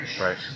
Right